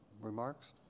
remarks